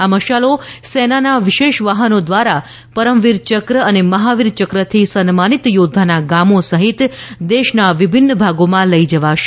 આ મશાલો સેનાના વિશેષ વાહનો દ્વારા પરમવીર ચક્ર અને મહાવીર ચક્રથી સન્માનિત યોદ્ધાના ગામો સહિત દેશના વિભિન્ન ભાગોમાં લઈ જવાશે